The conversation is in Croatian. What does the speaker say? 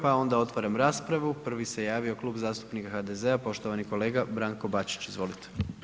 Pa ona otvaram raspravu, prvi se javio Klub zastupnika HDZ-a, poštovani kolega HDZ-a Branko Bačić, izvolite.